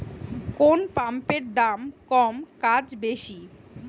কোন পাম্পের দাম কম কাজ বেশি?